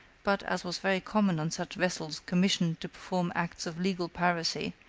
but, as was very common on such vessels commissioned to perform acts of legal piracy,